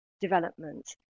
development